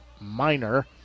minor